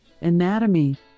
anatomy